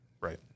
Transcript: Right